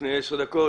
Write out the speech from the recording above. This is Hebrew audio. לפני עשר דקות.